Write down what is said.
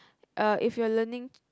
uh if you're learning